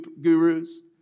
gurus